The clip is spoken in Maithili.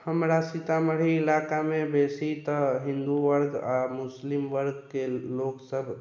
हमरा सीतामढ़ी इलाकामे बेसी तऽ हिन्दू वर्ग आ मुस्लिम वर्गके लोकसभ